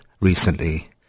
recently